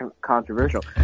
controversial